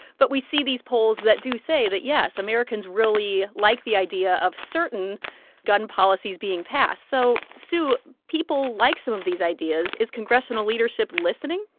but we see these polls that do say that, yes, americans really like the idea of certain gun policies being passed. so, sue, people like some of these ideas. is congressional leadership listening?